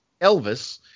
Elvis